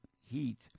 Heat